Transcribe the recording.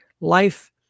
life